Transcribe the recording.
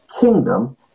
kingdom